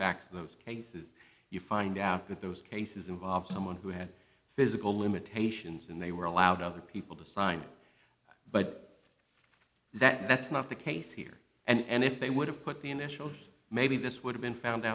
facts of those cases you find out that those cases involve someone who had physical limitations and they were allowed other people to sign but that that's not the case here and if they would have put the initials maybe this would have been found